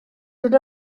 dod